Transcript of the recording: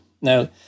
Now